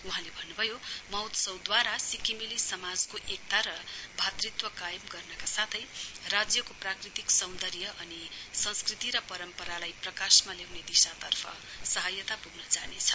वहाँले भन्नुभयो महोत्सवद्वारा सिक्किमेली समाजको एकता र भातृत्व कायम साथै राज्यको प्राक्तिक सौन्दर्य अनि संस्कृति र परम्परालाई प्रकाशमा ल्याउने दिशातर्फ सहायता पुग्न जानेछ